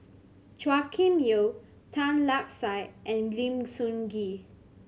Chua Kim Yeow Tan Lark Sye and Lim Sun Gee